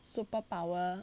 superpower